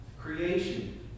creation